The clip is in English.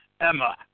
Emma